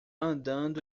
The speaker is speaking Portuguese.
andando